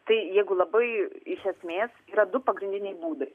tai jeigu labai iš esmės yra du pagrindiniai būdai